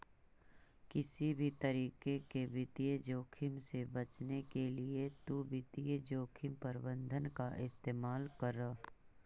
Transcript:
किसी भी तरीके के वित्तीय जोखिम से बचने के लिए तु वित्तीय जोखिम प्रबंधन का इस्तेमाल करअ